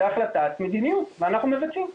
זה החלטת מדיניות ואנחנו מבצעים.